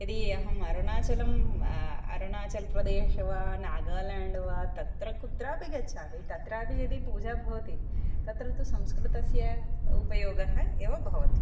यदि अहम् अरुणाचलम् अरुणाचल्प्रदेशं वा नागाल्याण्ड् वा तत्र कुत्रापि गच्छामि तत्रापि यदि पूजा भवति तत्र तु संस्कृतस्य उपयोगः एव भवति